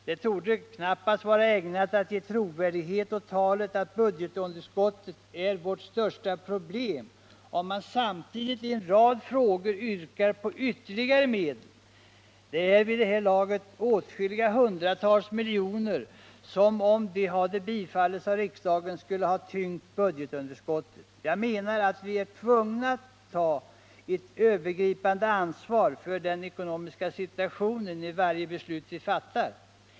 Det torde knappast vara ägnat att ge trovärdighet åt talet att budgetunderskottet är vårt största problem om man samtidigt i en rad frågor yrkar på ytterligare medel. Det är vid det här laget åtskilliga hundratals miljoner kronor som, om alla krav hade bifallits av riksdagen, skulle ha tyngt budgetunderskottet. Jag menar att vi är tvungna att ta ett övergripande ansvar för den ekonomiska situationen i varje beslut vi fattar.